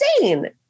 insane